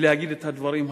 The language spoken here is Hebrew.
ולהגיד את הדברים האלה.